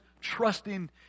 trusting